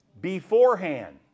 beforehand